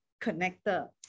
connector